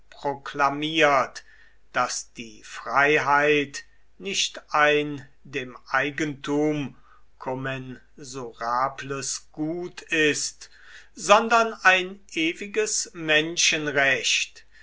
proklamiert daß die freiheit nicht ein dem eigentum kommensurables gut ist sondern ein ewiges menschenrecht